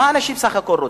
מה אנשים בסך הכול רוצים?